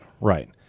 right